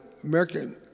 American